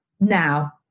Now